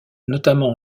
notamment